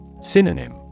Synonym